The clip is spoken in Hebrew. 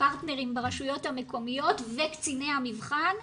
הפרטנרים ברשויות המקומיות וקציני המבחן,